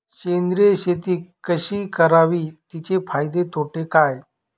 सेंद्रिय शेती कशी करावी? तिचे फायदे तोटे काय?